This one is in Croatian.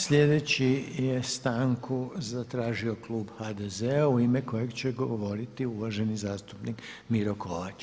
Sljedeći je stanku zatražio klub HDZ-a u ime kojeg će govoriti uvaženi zastupnik Miro Kovač.